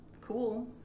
cool